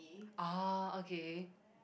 oh okay